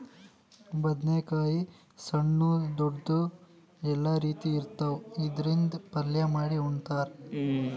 ಬದ್ನೇಕಾಯಿ ಸಣ್ಣು ದೊಡ್ದು ಎಲ್ಲಾ ರೀತಿ ಇರ್ತಾವ್, ಇದ್ರಿಂದ್ ಪಲ್ಯ ಮಾಡಿ ಉಣ್ತಾರ್